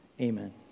Amen